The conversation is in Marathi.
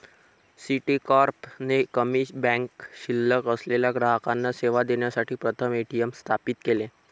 सिटीकॉर्प ने कमी बँक शिल्लक असलेल्या ग्राहकांना सेवा देण्यासाठी प्रथम ए.टी.एम स्थापित केले